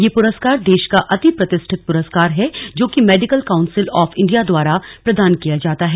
यह पुरस्कार देश का अति प्रतिष्ठित पुरस्कार है जो कि मेडिकल काउंसिंल ऑफ इंडिया द्वारा प्रदान किया जाता है